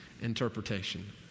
interpretation